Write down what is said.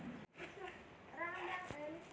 फिर ब्याज हर महीना मे चुकाहू कौन?